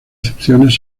excepciones